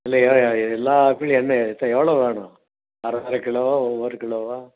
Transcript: இல்லைங்க எல்லா ஆப்பிளும் என்ன எடுத்தால் எவ்வளோ வேணும் அரை அரை கிலோவா ஒரு கிலோவா